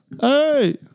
Hey